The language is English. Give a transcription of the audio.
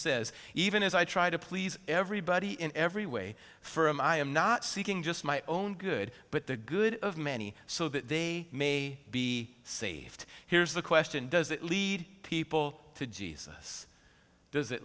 says even as i try to please everybody in every way for him i am not seeking just my own good but the good of many so that they may be saved here's the question does it lead people to jesus does it